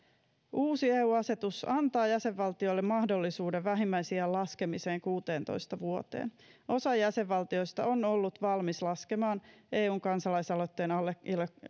uusi eu asetus antaa jäsenvaltioille mahdollisuuden vähimmäisiän laskemiseen kuuteentoista vuoteen osa jäsenvaltioista on ollut valmis laskemaan eu kansalaisaloitteen